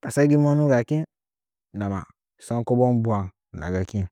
ta sɚ gt monugakin ndama sɚn kobon dwang nda gɚkin.